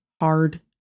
hard